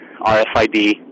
RFID